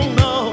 no